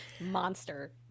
Monster